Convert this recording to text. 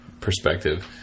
perspective